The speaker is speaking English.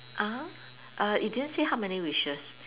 uh err it didn't say how many wishes